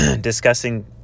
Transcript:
discussing